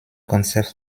concept